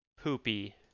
poopy